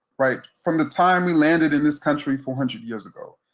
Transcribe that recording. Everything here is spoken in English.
right? from the time we landed in this country four hundred years ago,